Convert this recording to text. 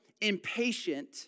impatient